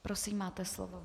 Prosím, máte slovo.